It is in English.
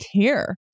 care